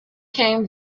came